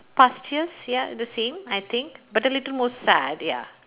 past years ya the same I think but a little more sad ya